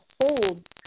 hold